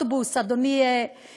הנה, רישיונות לאוטובוס, אדוני היושב-ראש.